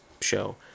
show